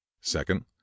Second